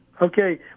Okay